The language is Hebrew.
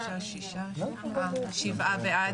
שבעה בעד.